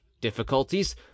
difficulties